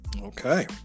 okay